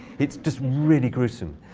it's just really gruesome.